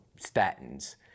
statins